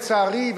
לצערי,